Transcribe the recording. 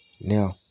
Now